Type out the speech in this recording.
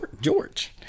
George